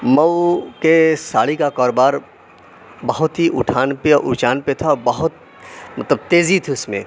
مئو کے ساڑی کا کاروبار بہت ہی اُٹھا پہ اونچا پہ تھا اور بہت مطلب تیزی تھی اُس میں